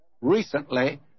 recently